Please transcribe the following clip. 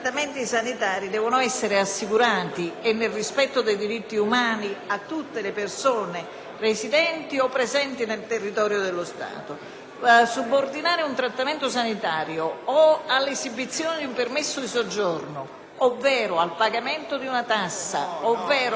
Stato. Subordinare un trattamento sanitario all'esibizione di un permesso di soggiorno, al pagamento di una tassa ovvero ad un requisito di identificazione significa violare la Costituzione, violare quindi non soltanto un diritto antidiscriminatorio, ma la Carta costituzionale dello Stato.